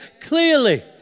Clearly